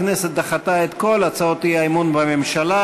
הכנסת דחתה את כל הצעות האי-אמון בממשלה.